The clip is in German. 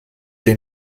den